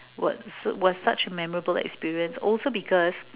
was was such a memorable experience also because